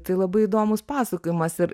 tai labai įdomus pasakojimas ir